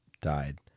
died